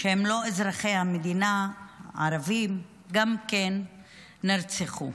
שהם לא אזרחי המדינה, ערבים, גם כן נרצחו.